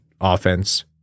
offense